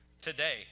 Today